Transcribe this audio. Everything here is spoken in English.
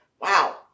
Wow